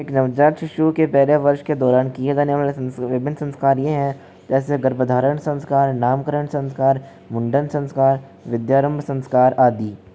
एक नवजात शिशु के पहले वर्ष के दौरान किए जाने वाले विभिन्न संस्कार ये हैं जैसे गर्भधारण संस्कार नामकरण संस्कार मुंडन संस्कार विद्यारंभ संस्कार आदि